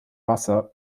wasser